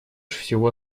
всего